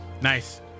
Nice